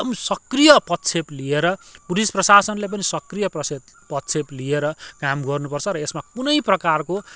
एकदम सक्रिय पदछेप लिएर पुलिस प्रशासनले पनि सक्रिय पदछेप लिएर काम गर्नुपर्छ र यसमा कुनै प्रकारको